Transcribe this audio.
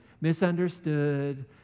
misunderstood